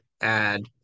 add